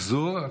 מחזור?